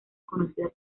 conocida